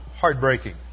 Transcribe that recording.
heartbreaking